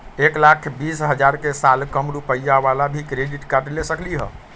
एक लाख बीस हजार के साल कम रुपयावाला भी क्रेडिट कार्ड ले सकली ह?